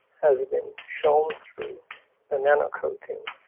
has been shown through the nancoating,